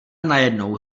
najednou